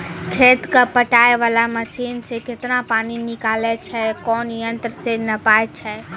खेत कऽ पटाय वाला मसीन से केतना पानी निकलैय छै कोन यंत्र से नपाय छै